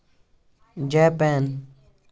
Japan